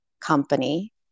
company